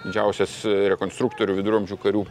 didžiausias konstruktorių viduramžių karių